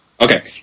Okay